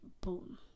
boom